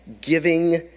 giving